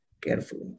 carefully